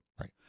right